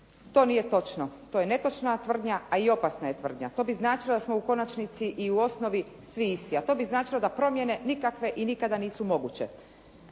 To nije točno. To je netočna tvrdnja, a i opasna je tvrdnja. To bi značilo da smo u konačnici i u osnovi svi isti. A to bi značilo da promjene nikakve i nikada nisu moguće